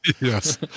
Yes